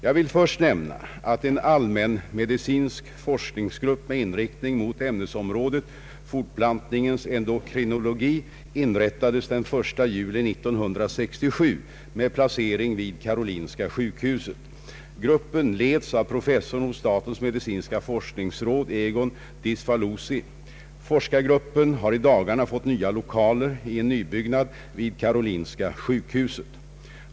Jag vill först nämna, att en allmänmedicinsk forskargrupp med inriktning mot ämnesområdet fortplantningens endokrinologi inrättades den 1 juli 1967 med placering vid Karolinska sjukhuset. Gruppen leds av professorn hos statens medicinska forskningsråd Egon Diczfalusy. Forskargruppen har i dagarna fått nya lokaler i en nybyggnad vid Karolinska sjukhuset.